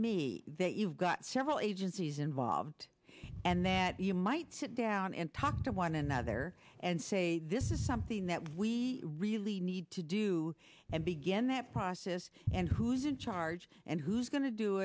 me that you've got several agencies involved and that you might sit down and talk to one another and say this is something that we really need to do and begin that process and who's in charge and who's go